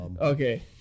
Okay